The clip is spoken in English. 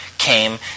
came